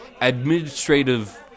administrative